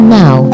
now